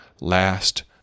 last